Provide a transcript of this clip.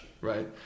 right